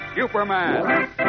Superman